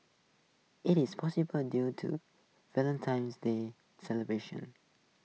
IT is probably due to Valentine's day celebrations